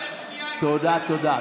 אם הוא היה מדבר שנייה, תודה.